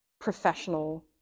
professional